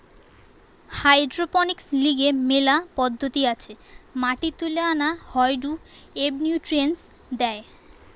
hydroponics লিগে মেলা পদ্ধতি আছে মাটি তুলে আনা হয়ঢু এবনিউট্রিয়েন্টস দেয়